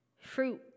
fruit